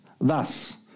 Thus